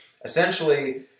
Essentially